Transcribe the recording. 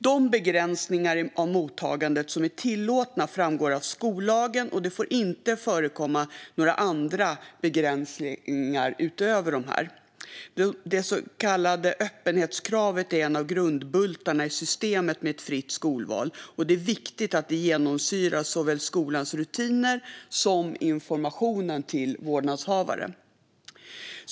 De begränsningar av mottagandet som är tillåtna framgår av skollagen, och det får inte förekomma några andra begränsningar utöver dessa. Detta så kallade öppenhetskrav är en av grundbultarna i systemet med ett fritt skolval, och det är viktigt att det genomsyrar såväl skolans rutiner som informationen till vårdnadshavare.